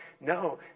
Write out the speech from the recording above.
no